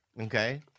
okay